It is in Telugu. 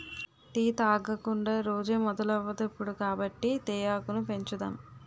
టీ తాగకుండా రోజే మొదలవదిప్పుడు కాబట్టి తేయాకును పెంచుదాం